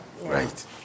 right